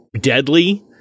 deadly